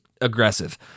aggressive